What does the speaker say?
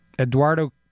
Eduardo